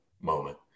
moment